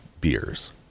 Beers